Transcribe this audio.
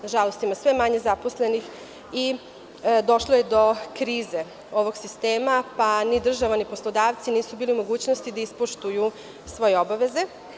Nažalost, ima sve manje zaposlenih i došlo je do krize ovog sistema, pa ni država, ni poslodavci nisu bili u mogućnosti da ispoštuju svoje obaveze.